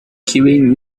queuing